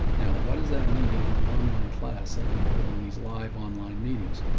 now, what does that mean in an online class and i'm holding these live online meetings?